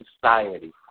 society